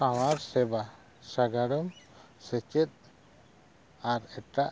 ᱥᱟᱶᱟᱨ ᱥᱮᱵᱟ ᱥᱟᱜᱟᱲᱚᱢ ᱥᱮᱪᱮᱫ ᱟᱨ ᱮᱴᱟᱜ